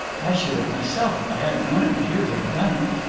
i should have, myself, if i hadn't known it was you who had done it.